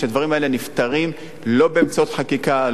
שהדברים האלה נפתרים לא באמצעות חקיקה,